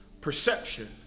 perception